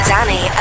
Danny